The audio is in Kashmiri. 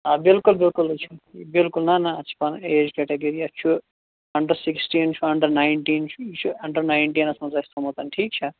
آ بِلکُل بِلکُل یہِ چھُ بِلکُل نا نا اَتھ چھِ پَنٕنۍ ایج کیٚٹَاگٔری اَتھ چھُ اَنڈر سِکِسٹیٖن چھُ اَنڈر نَیِنٹیٖن چھُ یہِ چھُ اَنڈر نَیِنٹیٖنَس مَنٛز اَسہِ تھوٚومُت ٹھیٖک چھا